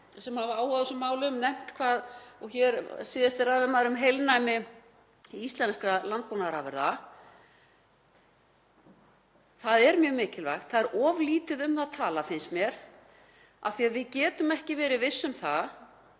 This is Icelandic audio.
sem hafa áhuga á þessum málum nefnt, og hér síðasti ræðumaður, heilnæmi íslenskra landbúnaðarafurða. Það er mjög mikilvægt. Það er of lítið um það talað, finnst mér, af því að við getum ekki verið viss um það